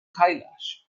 kailash